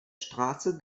straße